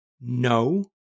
no